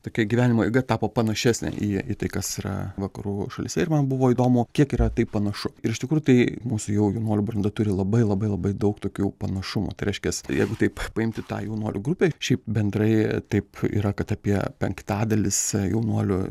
tokia gyvenimo eiga tapo panašesnė į į tai kas yra vakarų šalyse ir man buvo įdomu kiek yra tai panašu ir iš tikrųjų tai mūsų jau jaunuolių branda turi labai labai labai daug tokių panašumų tai reiškias jeigu taip paimti tą jaunuolių grupę šiaip bendrai taip yra kad apie penktadalis jaunuolių